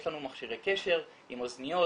יש לנו מכשירי קשר עם אזניות,